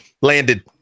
landed